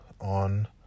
on